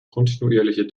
kontinuierliche